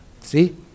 See